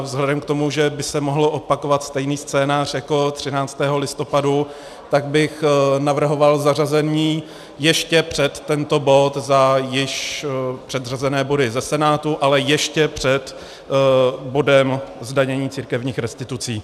Vzhledem k tomu, že by se mohl opakovat stejný scénář jako 13. listopadu, tak bych navrhoval zařazení nejen před tento bod za již předřazené body ze Senátu, ale ještě před bodem zdanění církevních restitucí.